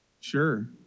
Sure